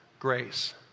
grace